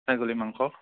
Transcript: ছাগলী মাংস